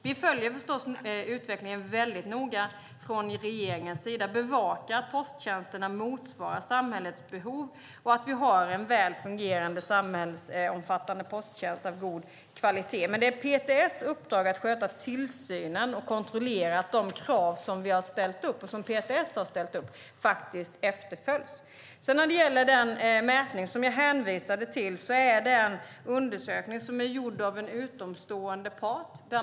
Vi följer förstås utvecklingen väldigt noga från regeringens sida. Vi bevakar att posttjänsterna motsvarar samhällets behov och att det finns en väl fungerande samhällsomfattande posttjänst av god kvalitet. Men det är PTS uppdrag att sköta tillsynen och kontrollera att de krav som vi och PTS ställt upp efterföljs. Den mätning som jag hänvisade till är en undersökning som gjorts av en utomstående part.